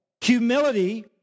Humility